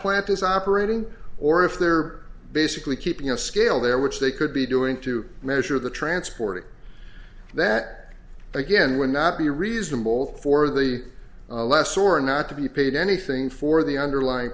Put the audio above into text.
plant is operating or if they're basically keeping a scale there which they could be doing to measure the transporting that again would not be reasonable for the less or not to be paid anything for the underlying